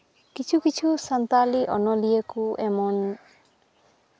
ᱠᱤᱪᱷᱩ ᱠᱤᱪᱷᱩ ᱥᱟᱱᱛᱟᱞᱤ ᱚᱱᱚᱞᱤᱭᱟᱹ ᱠᱚ ᱮᱢᱚᱱ